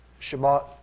Shabbat